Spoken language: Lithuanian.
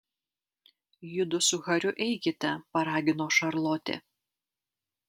judu su hariu eikite paragino šarlotė